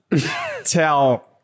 tell